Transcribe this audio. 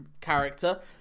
character